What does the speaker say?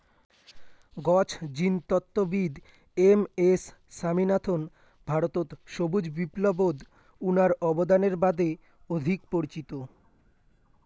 গছ জিনতত্ত্ববিদ M S Swaminathan ভারতত সবুজ বিপ্লবত উনার অবদানের বাদে অধিক পরিচিত